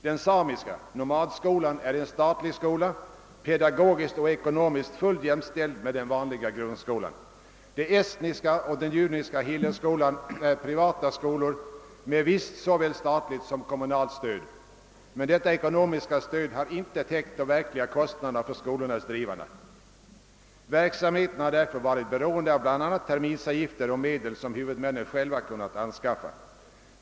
Den samiska nomadskolan är en statlig skola, pedagogiskt och ekonomiskt fullt jämställd med den vanliga grundskolan. Den estniska skolan och den judiska Hillelskolan är privata skolor med visst såväl statligt som kommunalt stöd, men detta ekonomiska stöd har inte täckt de verkliga kostnaderna för skolornas drivande. Verksamheten har därför varit beroende av bl.a. terminsavgifter och medel som huvudmännen själva kunnat anskaffa.